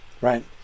right